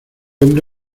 hombre